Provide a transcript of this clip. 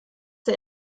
der